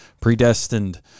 predestined